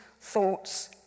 thoughts